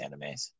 animes